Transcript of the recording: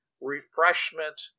refreshment